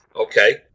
Okay